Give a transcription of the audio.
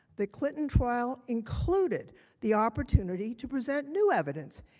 the clinton trial included the opportunity to present new evidence.